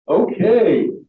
Okay